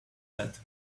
that